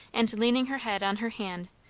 and leaning her head on her hand,